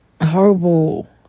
horrible